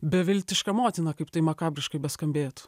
beviltiška motina kaip tai makabriškai beskambėtų